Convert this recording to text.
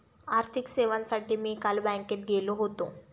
आर्थिक सेवांसाठी मी काल बँकेत गेलो होतो